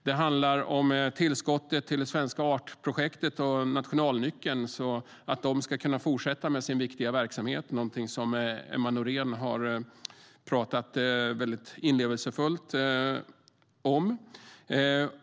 Det handlar om tillskottet till Svenska artprojektet och Nationalnyckeln så att de kan fortsätta med sin viktiga verksamhet - något som Emma Nohrén har talat inlevelsefullt om.